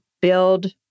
build